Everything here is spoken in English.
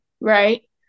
right